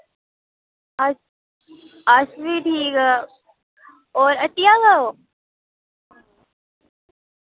अस अस बी ठीक और हट्टिया गै ओ